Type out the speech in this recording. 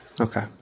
Okay